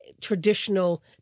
traditional